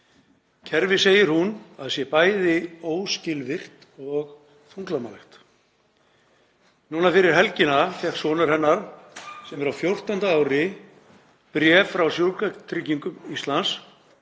Kerfið segir hún að sé bæði óskilvirkt og þunglamalegt. Núna fyrir helgina fékk sonur hennar, sem er á fjórtánda ári, bréf frá Sjúkratryggingum Íslands